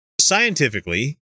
Scientifically